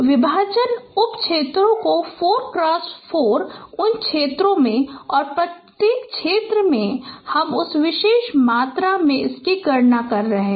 विभाजन उप क्षेत्रों को 4x4 उप क्षेत्रों में और प्रत्येक क्षेत्र में हम इस विशेष मात्रा में गणना कर रहे हैं